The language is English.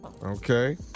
Okay